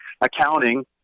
accounting